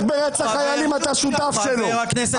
ברצח חיילים אתה שותף שלו.